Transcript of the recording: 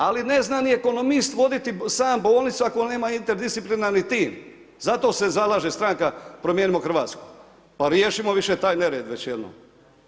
Ali ne zna ni ekonomist voditi sam bolnicu, ako nema interdisciplinarni tim, za to se zalaže stranka Promijenimo Hrvatsku, pa riješimo više taj nered, već jednom.